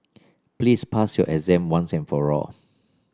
please pass your exam once and for all